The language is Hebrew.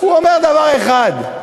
הוא אומר דבר אחד: